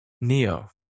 Neo